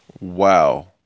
wow